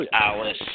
Alice